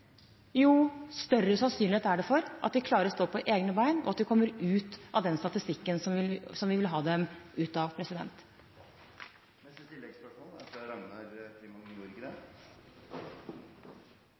jo større sannsynlighet er det for at de klarer å stå på egne ben, og at de kommer ut av den statistikken som vi vil ha dem ut av.